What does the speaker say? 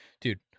dude